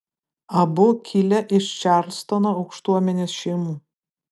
abu kilę iš čarlstono aukštuomenės šeimų